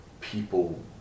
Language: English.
people